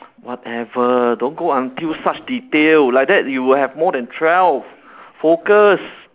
whatever don't go until such detail like that you will have more than twelve focus